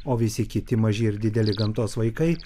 o visi kiti maži ir dideli gamtos vaikai